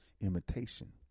imitation